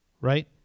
Right